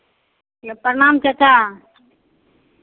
कहलहुँ प्रणाम चचा